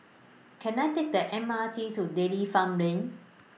Can I Take The M R T to Dairy Farm Lane